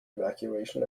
evacuation